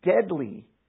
deadly